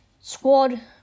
squad